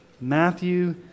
Matthew